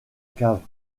cave